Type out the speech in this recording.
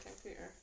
computer